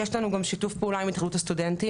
יש לנו שיתוף פעולה עם התאחדות הסטודנטים,